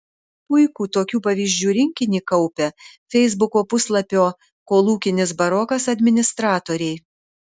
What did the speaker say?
puikų tokių pavyzdžių rinkinį kaupia feisbuko puslapio kolūkinis barokas administratoriai